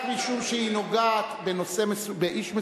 רק משום שהיא נוגעת באיש מסוים,